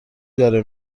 داره